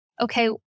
okay